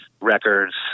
records